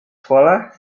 sekolah